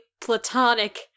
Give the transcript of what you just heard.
platonic